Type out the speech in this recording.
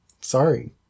sorry